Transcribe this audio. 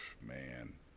man